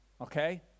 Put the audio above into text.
Okay